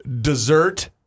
dessert